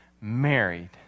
married